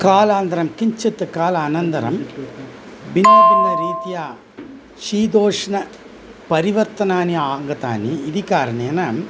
कालान्तरं किञ्चित् कालात् अनन्तरं भिन्न भिन्नरीत्या शीतोष्ण परिवर्तनानि आगतानि इति कारणेन